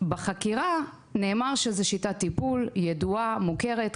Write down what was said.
בחקירה נאמר שזו שיטת טיפול ידועה ומוכרת,